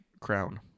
crown